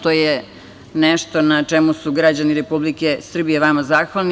To je nešto na čemu su građani Republike Srbije vama zahvalni.